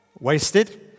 wasted